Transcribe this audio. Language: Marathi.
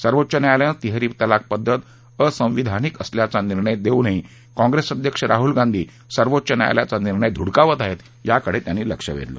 सर्वोच्च न्यायालयानं तिहेरी तलाक पद्धत असंवैधनिक असल्याचा निर्णय दिला असून ही काँप्रेस अध्यक्ष राहुल गांधी सर्वोच्च न्यायालयाचा निर्णय धुडकावत आहेत ह्याकडे त्यांनी लक्ष वेधलं